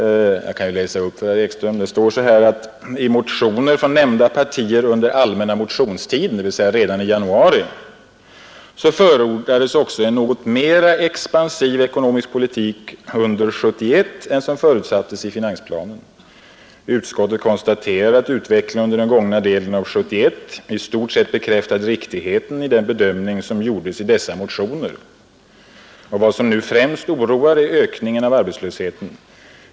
Jag kan citera några meningar för herr Ekström. ”I motioner från nämnda partier under allmänna motionstiden” — dvs. redan i januari — ”förordades också en något mera expansiv ekonomisk politik under 1971 än vad som förutsattes i finansplanen. Utskottet konstaterar att utvecklingen under den gångna delen av 1971 i stort sett bekräftat riktigheten i den bedömning, som gjordes i dessa motioner. Vad som nu främst oroar är ökningen av arbetslösheten.